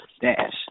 Dash